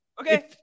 Okay